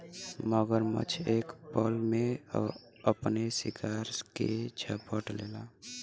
मगरमच्छ एक पल में अपने शिकार के झपट लेला